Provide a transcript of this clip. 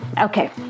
Okay